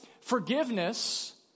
forgiveness